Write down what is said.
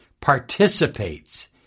participates